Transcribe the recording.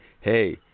hey